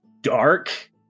dark